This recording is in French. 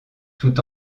tout